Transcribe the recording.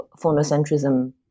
phonocentrism